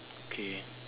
okay